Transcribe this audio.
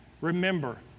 Remember